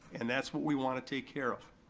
and that's what we wanna take care of.